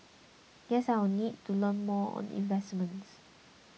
guess I need to learn more on investments